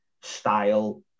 style